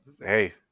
hey